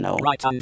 right